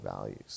values